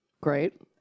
Great